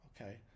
okay